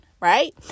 right